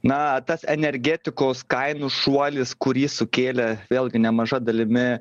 na tas energetikos kainų šuolis kurį sukėlė vėlgi nemaža dalimi